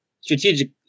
strategic